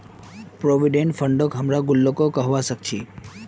provident फंडक हमरा गुल्लको कहबा सखछी